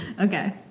Okay